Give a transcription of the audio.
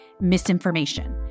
misinformation